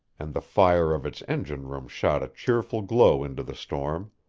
and the fire of its engine-room shot a cheerful glow into the storm.